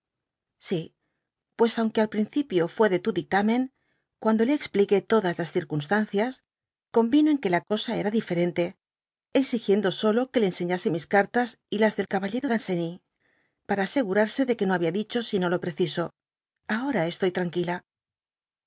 si pues aunque al principio iné de tu dictamen cuando le ezpuqué todas las circunstancias conyino en que la cosa era diferente exigiendo solo que le enseñase mis cartas y las del caballero danceny para asegurarse de que no habia dicho sino lo preciso ahora estoy tranquila